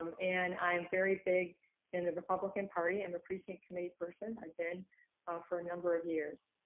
um and i'm very big in the republican party. i'm a precinct committee person, i've been for a number of years,